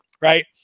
right